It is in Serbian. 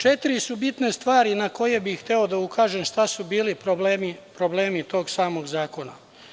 Četiri subitne stvari na koje bih hteo da ukažem šta su bili problemi tog samog zakona.